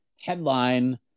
headline